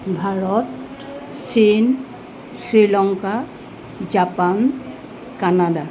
ভাৰত চীন Sri Lanka Japan Canada